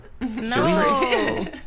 no